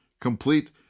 complete